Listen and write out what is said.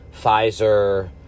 Pfizer